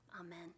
Amen